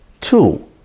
Two